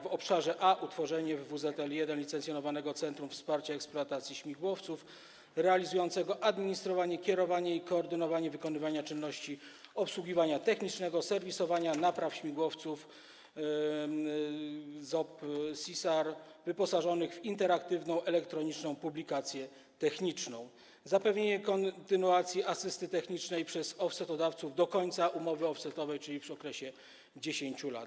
W obszarze A: utworzenie w WZL nr 1 licencjonowanego centrum wsparcia eksploatacji śmigłowców realizującego administrowanie, kierowanie i koordynowanie wykonywania czynności obsługiwania technicznego, serwisowania i napraw śmigłowców ZOP/CSAR wyposażonych w interaktywną elektroniczną publikację techniczną oraz zapewnienie kontynuacji asysty technicznej przez offsetodawców do końca umowy offsetowej, czyli przez okres 10 lat.